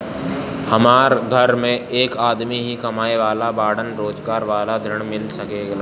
हमरा घर में एक आदमी ही कमाए वाला बाड़न रोजगार वाला ऋण मिल सके ला?